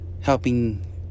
helping